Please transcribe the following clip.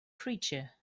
creature